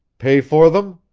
pay for them?